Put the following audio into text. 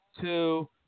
two